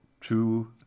two